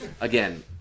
Again